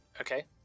Okay